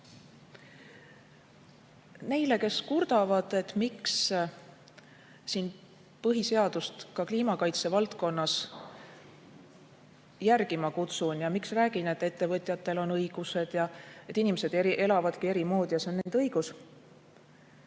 vast nüüd kurdavad, et miks põhiseadust ka kliimakaitse valdkonnas järgima kutsun ja miks räägin, et ettevõtjatel on õigused ja et inimesed elavadki eri moodi ja see on nende õigus,